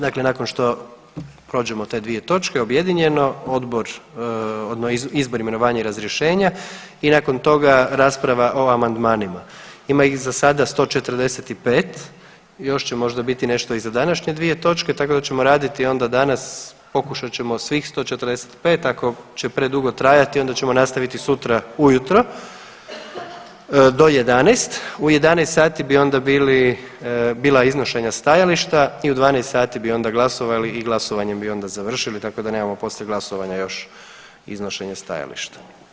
Dakle, nakon što prođemo te dvije točke objedinjeno Izbor, imenovanja i razrješenja i nakon toga rasprava o amandmanima, ima ih za sad 145, još će možda biti nešto i za današnje dvije točke, tako da ćemo raditi onda danas pokušat ćemo svih 145 ako će predugo trajati onda ćemo nastaviti sutra ujutro do 11,00 u 11,00 sati bi onda bila iznošenja stajališta i u 12,00 bi glasovali i glasovanjem bi onda završili tako da nemamo poslije glasovanja još iznošenje stajališta.